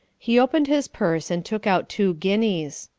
he opened his purse, and took out two guineas.